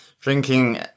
drinking